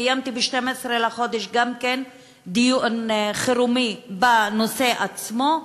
קיימתי ב-12 בחודש דיון חירום בנושא עצמו.